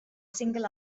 single